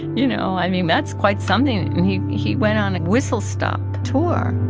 you know, i mean, that's quite something. and he he went on a whistle-stop tour